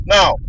Now